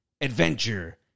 Adventure